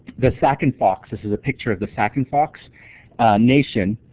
the sauk and fox, this is a picture of the sauk and fox nation,